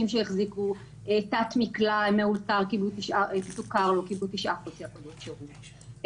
שהחזיקו תת מקלע מאולתר קיבלו תשעה חודשי עבודות שירות,